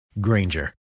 Granger